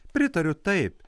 pritariu taip